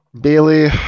Bailey